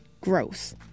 gross